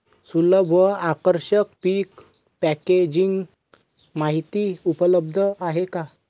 सुलभ व आकर्षक पीक पॅकेजिंग माहिती उपलब्ध आहे का?